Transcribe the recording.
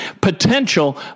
potential